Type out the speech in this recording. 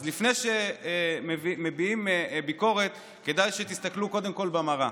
אז לפני שמביעים ביקורת כדאי שתסתכלו קודם כול במראה.